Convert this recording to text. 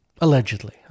Allegedly